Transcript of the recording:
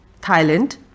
Thailand